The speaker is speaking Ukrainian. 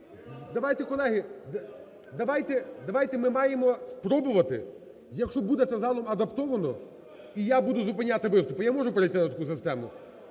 Давайте, ми маємо спробувати. Якщо буде це залом адаптовано, і я буду зупиняти виступи, я можу перейти на таку систему.